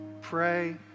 Pray